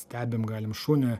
stebim galim šunį